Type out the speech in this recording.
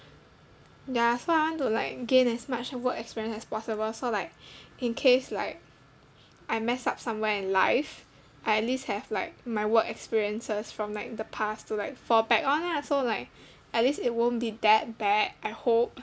ya so I want to like gain as much work experience as possible so like in case like I mess up somewhere in life I at least have like my work experiences from like the past to like fall back on lah so like at least it won't be that bad I hope